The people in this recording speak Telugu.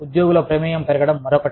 ఉద్యోగుల ప్రమేయం పెరగడం మరొకటి